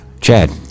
Chad